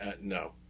no